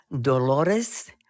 Dolores